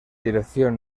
dirección